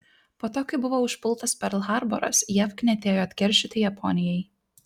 po to kai buvo užpultas perl harboras jav knietėjo atkeršyti japonijai